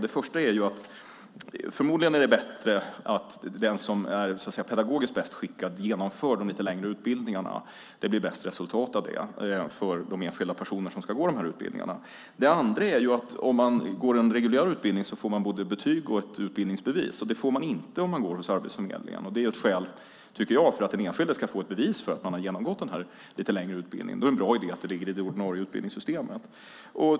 Det första är att det förmodligen är bättre att den som är pedagogiskt bäst skickad genomför de lite längre utbildningarna. Resultatet för de enskilda personer som ska gå dessa utbildningar blir bäst då. Det andra är att om man går en reguljär utbildning får man både betyg och utbildningsbevis, vilket man inte får om man går hos Arbetsförmedlingen. Det är viktigt att den enskilde får ett bevis för att han eller hon genomgått den lite längre utbildningen. Då är det en bra idé att utbildningen ligger i det ordinarie utbildningssystemet.